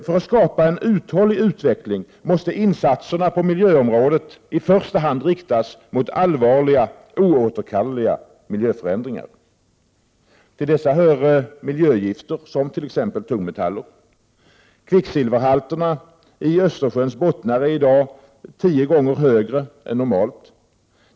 För att skapa en uthållig utveckling måste insatserna på miljöområdet i första hand riktas mot allvarliga, oåterkalleliga miljöförändringar. Till dessa hör miljögifter som t.ex. tungmetaller. Kvicksilverhalterna i Östersjöns bottnar är i dag tio gånger högre än normalt.